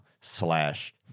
slash